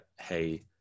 hey